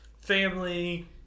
family